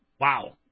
wow